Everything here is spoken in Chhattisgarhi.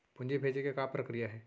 पूंजी भेजे के का प्रक्रिया हे?